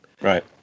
Right